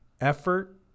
effort